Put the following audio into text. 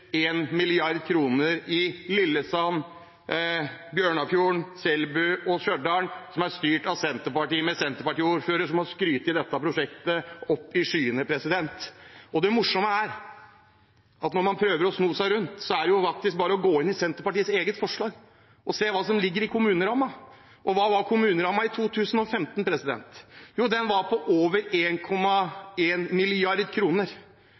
i Lillesand, Bjørnafjorden, Selbu og Stjørdal, som er styrt av Senterpartiet med Senterparti-ordfører som har skrytt dette prosjektet opp i skyene. Det morsomme er at når man prøver å sno seg rundt, så er det jo faktisk bare å gå inn Senterpartiets eget forslag og se hva som ligger i kommuneramma. Og hva var kommuneramma i 2015? Jo, den var på over 1,1 mrd. kr. Hva er kommuneramma i Senterpartiets forslag? Jo, den er på 1 milliard